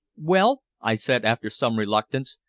well, i said after some reluctance,